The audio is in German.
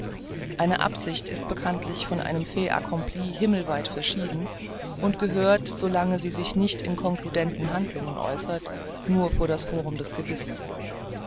eine absicht ist bekanntlich von einem fait accompli himmelweit verschieden und gehört so lange sie sich nicht in konkludenten handlungen äußert nur vor das forum des gewissens